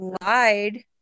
lied